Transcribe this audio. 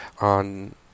on